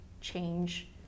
change